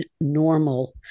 normal